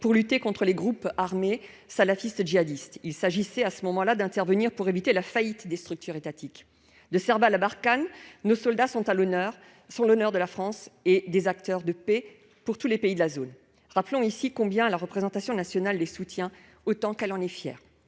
pour lutter contre les groupes armés salafistes djihadistes, après avoir dû intervenir pour éviter la faillite des structures étatiques. De Serval à Barkhane, nos soldats sont l'honneur de la France et des acteurs de paix pour tous les pays de la zone ! La représentation nationale les soutient autant qu'elle en est fière.